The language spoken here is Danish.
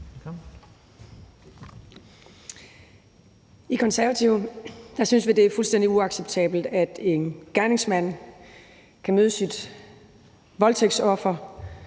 I Konservative synes vi, det er fuldstændig uacceptabelt, at en gerningsmand kan møde sit voldtægtsoffer,